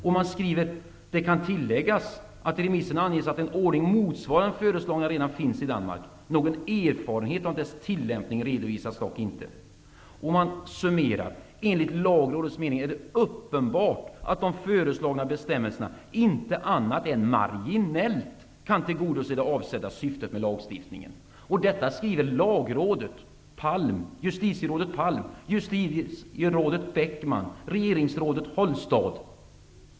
Lagrådet skriver vidare: ''Det kan tilläggas att i remissen anges att en ordning motsvarande den föreslagna redan finns i Danmark. Några erfarenheter av dess tillämpning redovisas dock inte.'' Lagrådet summerar: ''Enligt lagrådets mening är det uppenbart att de föreslagna bestämmelserna inte annat än marginellt kan tillgodose det avsedda syftet med lagstiftningen.'' Detta skriver lagrådet -- justitierådet Palm, justitierådet Beckman och regeringsrådet Holstad.